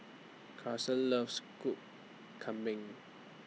Karson loves School Kambing